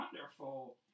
wonderful